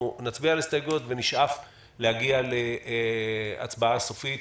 אנחנו נצביע על ההסתייגויות ונשאף להגיע להצבעה סופית